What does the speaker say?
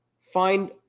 find